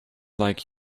like